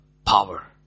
Power